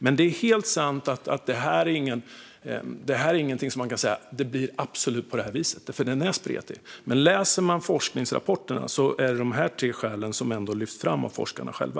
Men det är helt sant att det inte går att säga absolut hur det kommer att bli, för det är spretigt. Läser man forskningsrapporterna kan man dock se att det är dessa tre skäl som lyfts fram av forskarna själva.